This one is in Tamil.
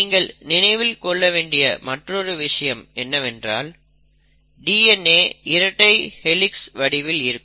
நீங்கள் நினைவில் கொள்ள வேண்டிய மற்றொரு விஷயம் என்னவென்றால் DNA இரட்டை ஹெளிக்ஸ் வடிவில் இருக்கும்